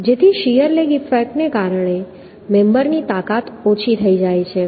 જેથી shear lag ઈફેક્ટને કારણે મેમ્બરની તાકાત ઓછી થઈ જાય છે